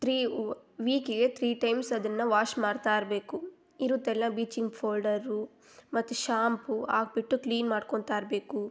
three ವೀಕಿಗೆ three times ಅದನ್ನು wash ಮಾಡ್ತಾಯಿರಬೇಕು ಇರುತ್ತಲ್ಲ ಬೀಚಿಂಗ್ ಫೌಡರು ಮತ್ತು ಶಾಂಪು ಹಾಕ್ಬಿಟ್ಟು ಕ್ಲೀನ್ ಮಾಡ್ಕೊತಾ ಇರಬೇಕು